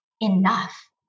enough